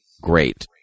great